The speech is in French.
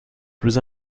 plus